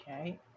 okay